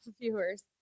viewers